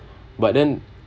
but then